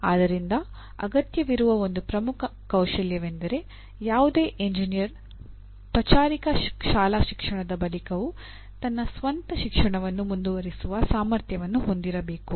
ಆದ್ದರಿಂದ ಅಗತ್ಯವಿರುವ ಒಂದು ಪ್ರಮುಖ ಕೌಶಲ್ಯವೆಂದರೆ ಯಾವುದೇ ಎಂಜಿನಿಯರ್ ಪಚಾರಿಕ ಶಾಲಾ ಶಿಕ್ಷಣದ ಬಳಿಕವೂ ತನ್ನ ಸ್ವಂತ ಶಿಕ್ಷಣವನ್ನು ಮುಂದುವರಿಸುವ ಸಾಮರ್ಥ್ಯವನ್ನು ಹೊಂದಿರಬೇಕು